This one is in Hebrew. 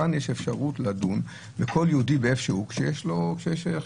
כאן יש אפשרות לדון בכל יהודי באשר הוא כשיש את